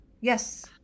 Yes